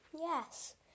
Yes